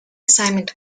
assignment